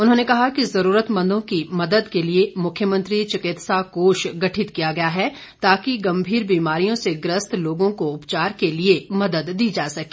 उन्होंने कहा कि जरूरतमंदों की मदद के लिए मुख्यमंत्री चिकित्सा कोष गठित किया गया ताकि गंभीर बीमारियों से ग्रस्त लोगों को उपचार के लिए मदद दी जा सके